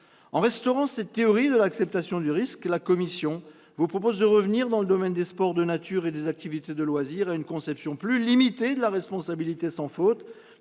En restaurant ladite théorie, la commission vous propose de revenir, dans le domaine des sports de nature et des activités de loisirs, à une conception plus limitée de la responsabilité sans faute,